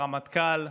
ברמטכ"ל,